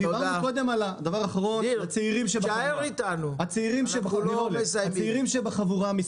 דבר אחרון, לגבי הצעירים שבחבורה.